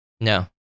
no